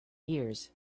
years